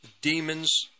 Demons